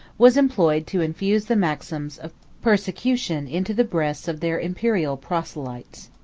was employed to infuse the maxims of persecution into the breasts of their imperial proselytes.